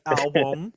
album